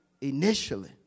initially